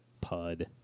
pud